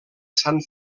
sant